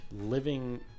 living